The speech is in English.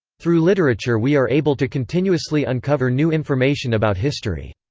through literature we are able to continuously uncover new information about history.